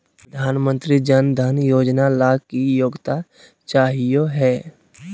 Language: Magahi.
प्रधानमंत्री जन धन योजना ला की योग्यता चाहियो हे?